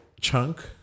chunk